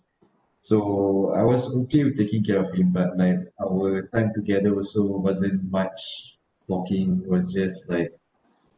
so I was okay with taking care of him but like our time together also wasn't much talking was just like